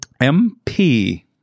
M-P